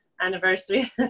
anniversary